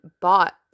bought